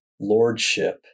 lordship